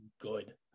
good